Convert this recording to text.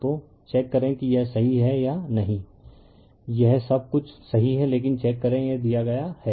तो चेक करे कि यह सही है या नहीं यह सब कुछ सही है लेकिन चेक करे यह दिया गया है